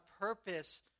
purpose